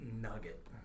nugget